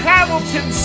Hamilton